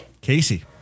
Casey